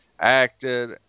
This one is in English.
acted